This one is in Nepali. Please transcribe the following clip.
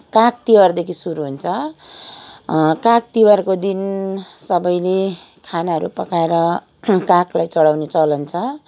काग तिहारदेखि सुरु हुन्छ काग तिहारको दिन सबैले खानाहरू पकाएर कागलाई चढाउने चलन छ